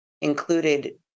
included